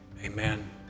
amen